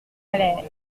allèrent